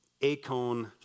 acone